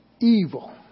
Evil